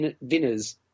winners